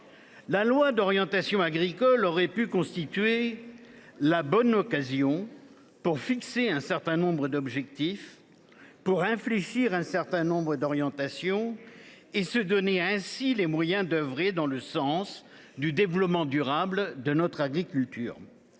La loi d’orientation agricole aurait pu constituer la bonne occasion pour fixer un certain nombre d’objectifs, infléchir un certain nombre d’orientations et se donner ainsi les moyens d’œuvrer dans le sens du développement durable de notre agriculture.